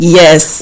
yes